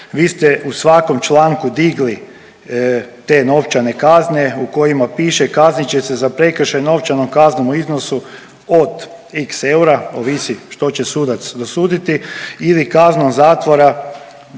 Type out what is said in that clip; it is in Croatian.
Vi ste u svakom članku digli te novčane kazne u kojima piše, kaznit će se za prekršaj novčanom kaznom u iznosu od x eura, ovisi što će sudac dosuditi ili kaznu zatvora do